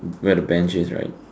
where the bench is right